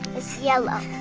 it's yellow.